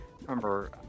remember